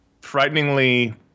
frighteningly